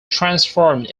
transformed